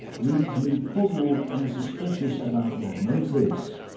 leaves me puzzled and suspicious about your motives,